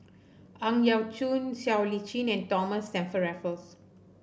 Ang Yau Choon Siow Lee Chin and Thomas Stamford Raffles